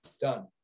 Done